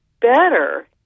better